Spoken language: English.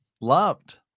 loved